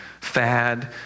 fad